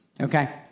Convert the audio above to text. Okay